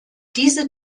diese